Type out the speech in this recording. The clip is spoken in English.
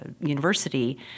university